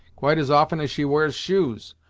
quite as often as she wears shoes,